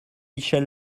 michel